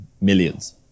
Millions